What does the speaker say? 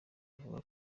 avuga